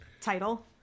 title